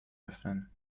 öffnen